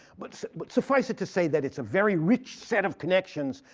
but but suffice it to say that it's a very rich set of connections.